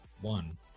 One